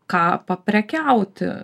ką paprekiauti